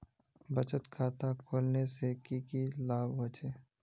बचत खाता खोलने से की की लाभ होचे?